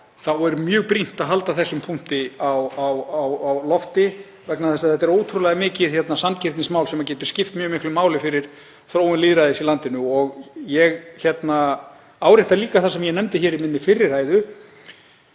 þá er mjög brýnt að halda þessum punkti á lofti vegna þess að þetta er ótrúlega mikið sanngirnismál sem getur skipt mjög miklu máli fyrir þróun lýðræðis í landinu. Og ég árétta líka það sem ég nefndi í minni fyrri ræðu